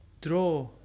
draw